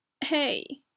hey